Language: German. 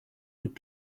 und